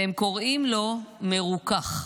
והם קוראים לו מרוכך.